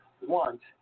want